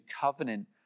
covenant